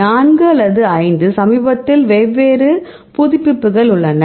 4 அல்லது 5 சமீபத்தில் வெவ்வேறு புதுப்பிப்புகள் உள்ளன